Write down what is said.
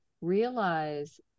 realize